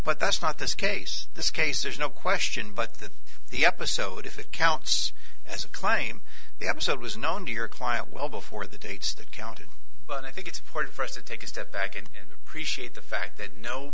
but that's not this case this case there's no question but that the episode if it counts as a claim they haven't said was known to your client well before the dates that counted but i think it's important for us to take a step back and appreciate the fact that no